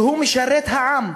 שהוא משרת העם,